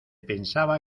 pensaba